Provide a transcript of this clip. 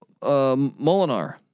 Molinar